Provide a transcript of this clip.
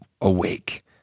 awake